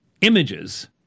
images